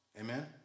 Amen